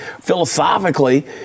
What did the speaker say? philosophically